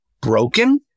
broken